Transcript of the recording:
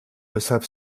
weshalb